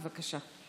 בבקשה.